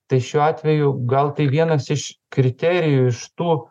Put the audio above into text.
tai šiuo atveju gal tai vienas iš kriterijų iš tų